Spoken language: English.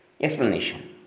explanation